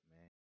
man